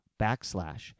backslash